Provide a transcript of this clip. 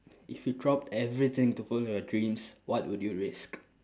if you dropped everything to follow your dreams what would you risk